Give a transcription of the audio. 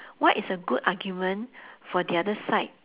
what is a good argument for the other side